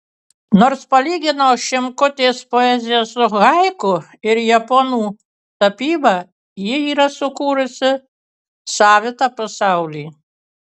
nors palyginau šimkutės poeziją su haiku ir japonų tapyba ji yra sukūrusi savitą pasaulį